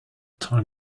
time